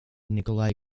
nikolai